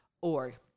org